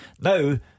Now